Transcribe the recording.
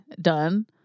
done